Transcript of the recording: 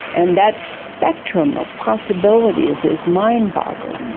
and that spectrum of possibilities is mind-boggling.